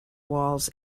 walls